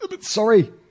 sorry